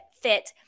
fit